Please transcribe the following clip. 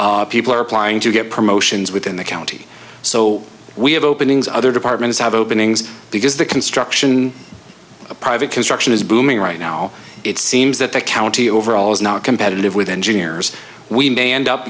people are applying to get promotions within the county so we have openings other departments have openings because the construction private construction is booming right now it seems that the county overall is not competitive with engineers we may end up